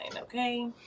okay